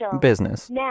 Business